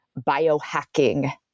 biohacking